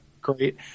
Great